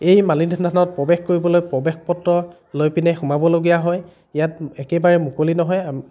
এই মালিনী থানখনত প্ৰৱেশ কৰিবলৈ প্ৰৱেশ পত্ৰ লৈ পিনে সোমাবলগীয়া হয় ইয়াত একেবাৰে মুকলি নহয়